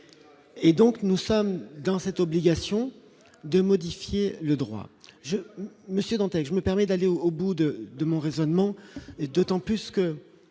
et donc nous sommes dans cette obligation de modifier le droit,